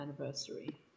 anniversary